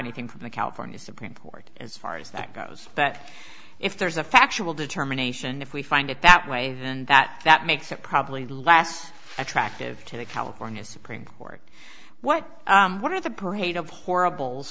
anything from the california supreme court as far as that goes but if there's a factual determination if we find it that way and that that makes it probably less attractive to the california supreme court what what are the parade of horrible